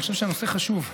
אני חושב שהנושא חשוב.